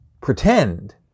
pretend